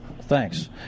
Thanks